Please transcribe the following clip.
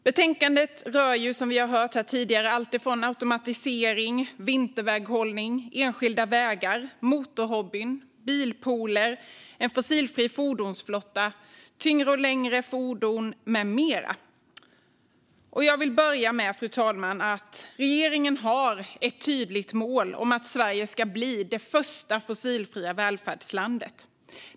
Betänkandet rör, som vi har hört tidigare, allt från automatisering, vinterväghållning, enskilda vägar, motorhobbyn, bilpooler och en fossilfri fordonsflotta till tyngre och längre fordon med mera. Fru talman! Regeringen har ett tydligt mål om att Sverige ska bli det första fossilfria välfärdslandet.